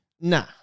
Nah